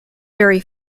very